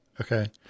Okay